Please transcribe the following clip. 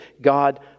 God